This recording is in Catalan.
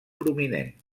prominent